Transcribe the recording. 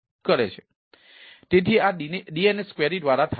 તેથી આ DNS query દ્વારા થાય છે